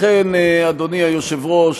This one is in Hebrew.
לכן, אדוני היושב-ראש,